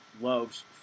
loves